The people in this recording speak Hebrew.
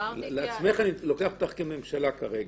אני מתייחס אלייך כממשלה כרגע.